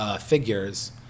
figures